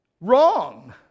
Wrong